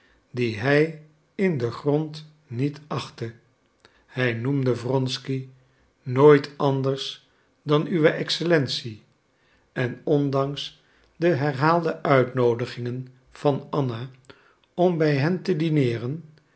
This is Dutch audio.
die hij in den grond niet achtte hij noemde wronsky nooit anders dan uw excellentie en ondanks de herhaalde uitnoodigingen van anna om bij hen te dineeren